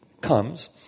comes